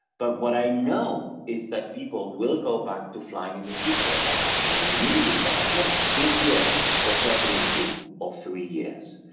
but what i know is that people will go back to flying in the future, perhaps not immediately, perhaps not this year but certainly in two or three years.